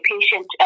patient